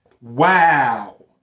Wow